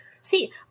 See